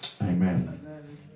Amen